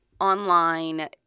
online